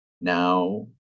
now